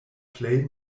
plej